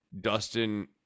dustin